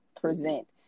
present